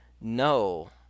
No